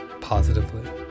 positively